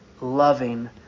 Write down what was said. loving